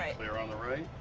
clear on the right.